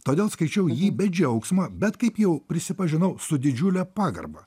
todėl skaičiau jį be džiaugsmo bet kaip jau prisipažinau su didžiule pagarba